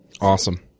Awesome